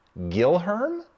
Gilherm